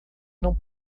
não